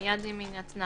מיד עם הינתנה,